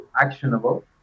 actionable